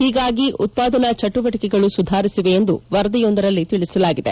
ಹೀಗಾಗಿ ಉತ್ತಾದನಾ ಚಟುವಟಿಕೆಗಳೂ ಸುಧಾರಿಸಿವೆ ಎಂದು ವರದಿಯೊಂದರಲ್ಲಿ ತಿಳಿಸಲಾಗಿದೆ